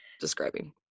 describing